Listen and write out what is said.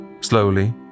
Slowly